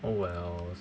oh well